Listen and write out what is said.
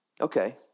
Okay